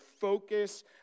focus